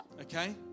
okay